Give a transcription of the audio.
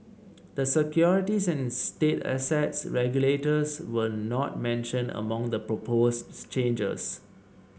the securities and state assets regulators were not mentioned among the proposed changes